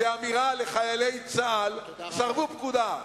זאת אמירה לחיילי צה"ל: סרבו פקודה,